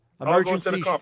Emergency